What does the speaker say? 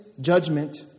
judgment